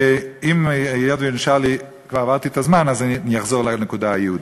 היות שכבר עברתי את הזמן אני אחזור לנקודה היהודית.